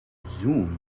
zoom